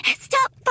Stop